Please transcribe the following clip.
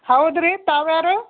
ಹೌದು ರೀ ತಾವು ಯಾರು